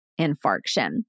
infarction